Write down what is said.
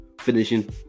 finishing